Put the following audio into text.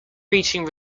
reaching